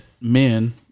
men